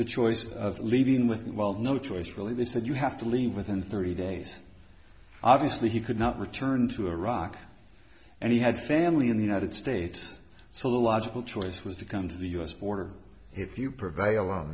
the choice of leaving with wild no choice really they said you have to leave within thirty days obviously he could not return to iraq and he had family in the united states so the logical choice was to come to the u s border if you provide